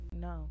no